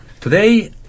Today